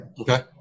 Okay